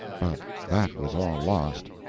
but that was all lost.